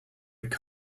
very